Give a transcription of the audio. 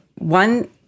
one